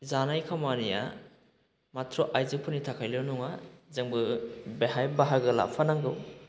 जानाय खामानिया माथ्र' आइजोफोरनि थाखायल' नङा जोंबो बेहाय बाहागो लाफानांगौ